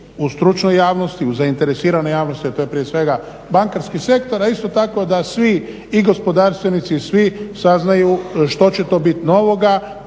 u stručnoj javnosti, u zainteresiranoj javnosti, a to je prije svega bankarski sektor, a isto tako da svi i gospodarstvenici i svi saznaju što će to biti novoga